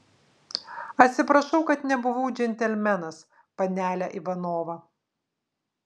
atsiprašau kad nebuvau džentelmenas panele ivanova